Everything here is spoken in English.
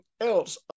else